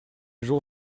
jour